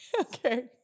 Okay